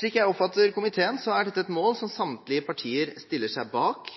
Slik jeg oppfatter komiteen, er dette et mål som samtlige partier stiller seg bak,